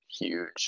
huge